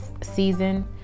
season